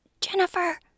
Jennifer